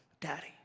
Daddy